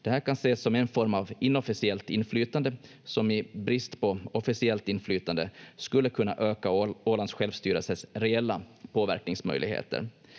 Det här kan ses som en form av inofficiellt inflytande, som i brist på officiellt inflytande skulle kunna öka Ålands självstyrelses reella påverkningsmöjligheter.